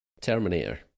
Terminator